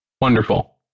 Wonderful